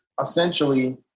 essentially